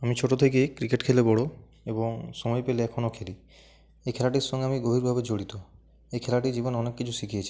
আমি ছোটো থেকেই ক্রিকেট খেলে বড় এবং সময় পেলে এখনও খেলি এই খেলাটির সঙ্গে আমি গভীরভাবে জড়িত এই খেলাটি জীবনে অনেক কিছু শিখিয়েছে